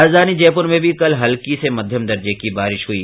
राजधानी जयपुर में भी कल हल्की से मध्यम दर्जे की बारिश हुई